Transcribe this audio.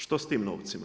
Što s tim novcima?